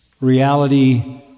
reality